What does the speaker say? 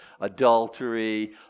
adultery